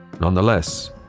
Nonetheless